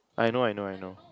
I know I know I know